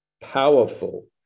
powerful